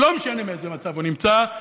לא משנה באיזה מצב הוא נמצא,